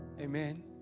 Amen